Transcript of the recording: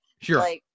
Sure